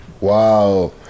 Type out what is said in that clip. Wow